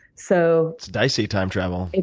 so it's dicey time travel.